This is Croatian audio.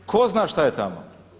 Tko zna šta je tamo.